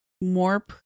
more